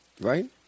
Right